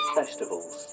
festivals